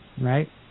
right